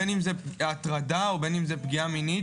בין אם זה הטרדה או פגיעה מינית,